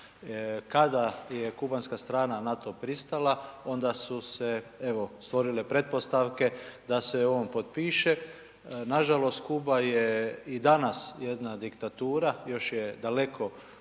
Kada je kubanska strana na to pristala, onda su se evo stvorile pretpostavke da se ovo potpiše. Nažalost, Kuba je i danas jedna diktatura, još je daleko od